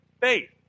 faith